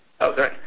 Okay